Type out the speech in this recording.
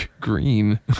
Green